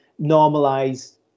normalize